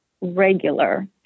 regular